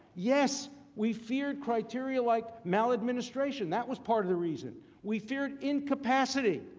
yes. we feared criteria like maladministration. that was part of the reason. we feared incapacity.